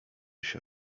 się